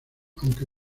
aunque